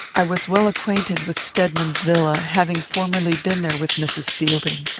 i was well acquainted with stedman's villa, having formerly been there with mrs. fielding.